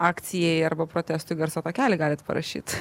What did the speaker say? akcijai arba protestui garso takelį galit parašyt